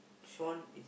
Shawn is